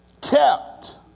kept